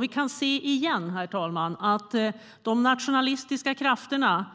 Vi kan se igen att de nationalistiska krafterna